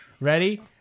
ready